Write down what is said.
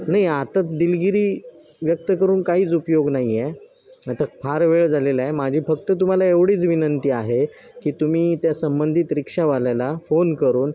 नाही आता दिलगिरी व्यक्त करून काहीच उपयोग नाही आहे आता फार वेळ झालेला आहे माझी फक्त तुम्हाला एवढीच विनंती आहे की तुम्ही त्या संबंधित रिक्षावाल्याला फोन करून